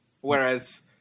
Whereas